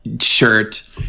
shirt